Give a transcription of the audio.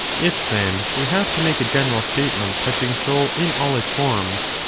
if, then, we have to make a general statement touching soul in all its forms,